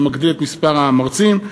וזה מגדיל את מספר המרצים.